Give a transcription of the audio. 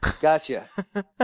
Gotcha